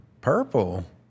Purple